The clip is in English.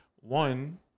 One